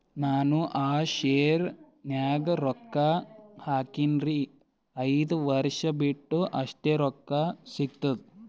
ನಾನು ಆ ಶೇರ ನ್ಯಾಗ ರೊಕ್ಕ ಹಾಕಿನ್ರಿ, ಐದ ವರ್ಷ ಬಿಟ್ಟು ಎಷ್ಟ ರೊಕ್ಕ ಸಿಗ್ತದ?